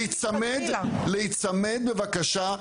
להיצמד בבקשה,